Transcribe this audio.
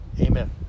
amen